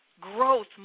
Growth